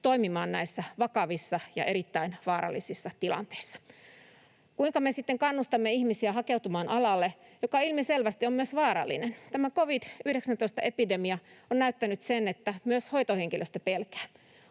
toimimaan näissä vakavissa ja erittäin vaarallisissa tilanteissa. Kuinka me sitten kannustamme ihmisiä hakeutumaan alalle, joka ilmiselvästi on myös vaarallinen? Tämä covid-19-epidemia on näyttänyt sen, että myös hoitohenkilöstö pelkää.